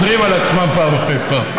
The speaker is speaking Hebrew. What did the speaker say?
שחוזרים על עצמם פעם אחרי פעם.